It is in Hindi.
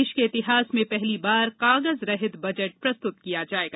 देश के इतिहास में पहली बार कागज रहित बजट प्रस्तुत किया जाएगा